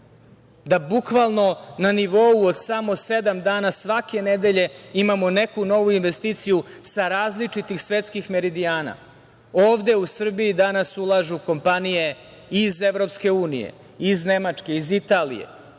da bukvalno na nivou od samo sedam dana svake nedelje imamo neku novu investiciju sa različitih svetskih meridijana. Ovde u Srbiji danas ulažu kompanije i iz Evropske unije i iz Nemačke, iz Italije,